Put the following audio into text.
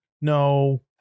no